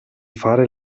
fare